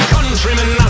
Countrymen